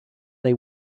they